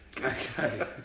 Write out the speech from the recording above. Okay